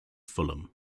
fulham